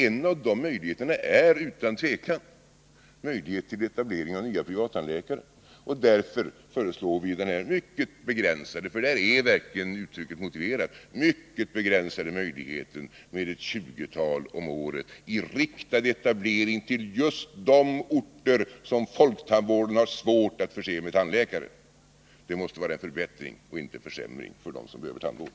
En av de möjligheterna är utan tvivel möjligheten till nyetablering av privattandläkare. Därför föreslår vi denna mycket begränsade — här är verkligen uttrycket motiverat — möjlighet, innebärande att ett tjugotal nya tandläkare årligen skall kunna nyetablera sig med riktad etablering till just de orter som folktandvården har svårt att förse med tandläkare. Det måste vara en förbättring och inte en försämring för dem som behöver tandvård.